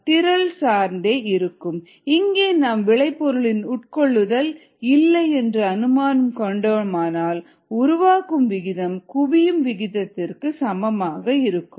rgP rcPddt இங்கே நாம் விளைபொருளின் உட்கொள்ளல் இல்லை என்று அனுமானம் கொண்டோமானால் உருவாகும் விகிதம் குவியும் விகிதத்திற்கு சமமாக இருக்கும்